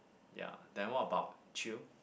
ya then what about you